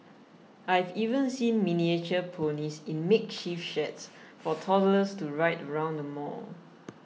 I've even seen miniature ponies in makeshift sheds for toddlers to ride around the mall